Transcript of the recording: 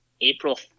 April